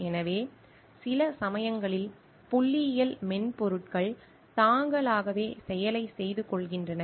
எனவே சில சமயங்களில் புள்ளியியல் மென்பொருள்கள் தாங்களாகவே செயலைச் செய்து கொள்கின்றன